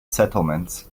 settlements